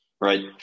right